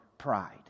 pride